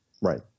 Right